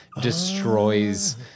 destroys